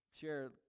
share